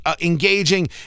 engaging